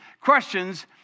questions